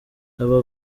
aba